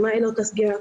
מה עילות הסגירה,